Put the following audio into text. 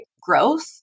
growth